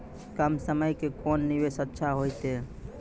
कम समय के कोंन निवेश अच्छा होइतै?